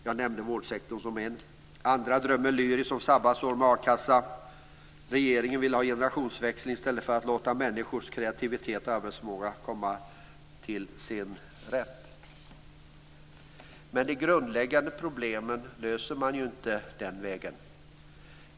Jag nämnde vårdsektorn som ett exempel. Andra drömmer lyriskt om sabbatsår med a-kassa. Regeringen vill ha generationsväxling i stället för att låta människors kreativitet och arbetsförmåga komma till sin rätt. De grundläggande problemen löser man inte den vägen.